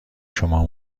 شما